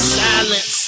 silence